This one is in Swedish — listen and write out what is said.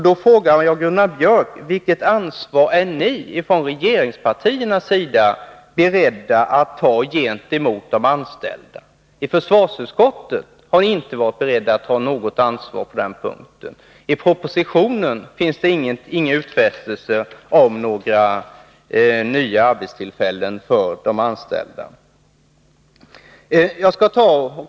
Då frågar jag Gunnar Björk: Vilket ansvar är ni från regeringspartiernas sida beredda att ta gentemot de anställda? Försvarsutskottet har inte varit berett att ta något ansvar på den punkten. I propositionen finns inga utfästelser om några nya arbetstillfällen för de anställda.